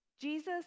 jesus